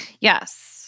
Yes